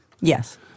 Yes